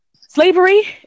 slavery